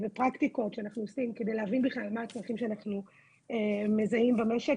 ופרקטיקות שאנחנו עושים כדי להבין בכלל מה הצרכים שאנחנו מזהים במשק